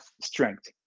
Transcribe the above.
strength